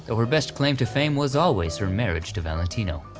ah her best claim to fame was always her marriage to valentino.